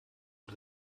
und